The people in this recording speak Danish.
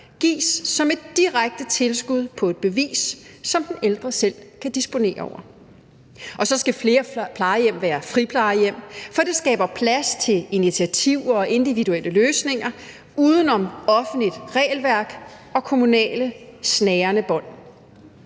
gives som et direkte tilskud på et bevis, som den ældre selv kan disponere over. Så skal flere plejehjem være friplejehjem, for det skaber plads til initiativ og individuelle løsninger uden om offentligt regelværk og kommunale snærende bånd.